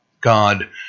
God